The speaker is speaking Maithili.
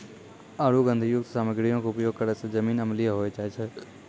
आरु गंधकयुक्त सामग्रीयो के उपयोग करै से जमीन अम्लीय होय जाय छै